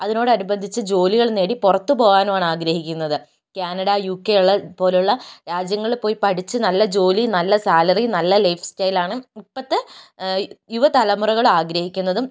അതിനോടനുബന്ധിച്ച് ജോലികൾ നേടി പുറത്ത് പോകാനുമാണ് ആഗ്രഹിക്കുന്നത് കാനഡ യു കെയുള്ള പോലെയുള്ള രാജ്യങ്ങളിൽ പോയി പഠിച്ച് നല്ല ജോലി നല്ല സാലറി നല്ല ലൈഫ് സ്റ്റൈലാണ് ഇപ്പോഴത്തെ യുവതലമുറകൾ ആഗ്രഹിക്കുന്നതും